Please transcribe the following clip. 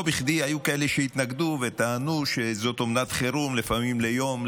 לא בכדי היו כאלה שהתנגדו וטענו שזאת אומנת חירום לפעמים ליום,